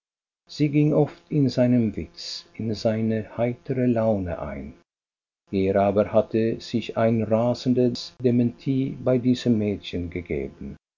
sie ging oft in seinen witz in seine heitere laune ein er aber hatte sich ein rasendes dementi bei diesem mädchen gegeben